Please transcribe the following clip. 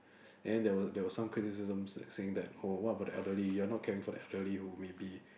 and then there were there were some criticisms like saying that oh what about the elderly you are not caring for the elderly who may be